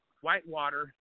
Whitewater